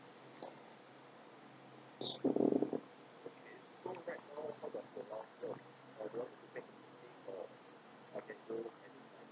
okay